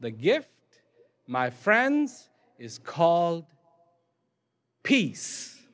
the gift my friends is called peace